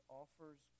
offers